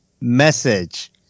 message